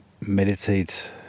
meditate